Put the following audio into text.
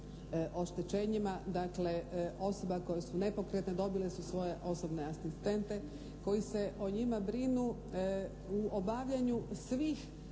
oštećenjima, dakle osoba koje su nepokretne, dobile su svoje osobne asistente koji se o njima brinu u obavljanju svih